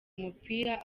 umupira